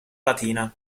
latina